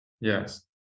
Yes